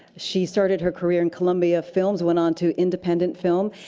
she started her career in columbia films, went onto independent film,